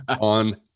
on